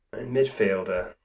midfielder